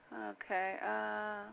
Okay